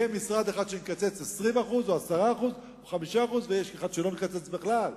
יהיה משרד אחד שנקצץ בו 20% או 10% או 5% ויהיה משרד שלא נקצץ בו בכלל.